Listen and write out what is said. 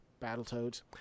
Battletoads